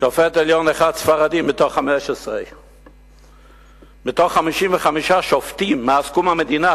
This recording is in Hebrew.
שופט עליון אחד ספרדי מתוך 15. מתוך 55 שופטים מאז קום המדינה,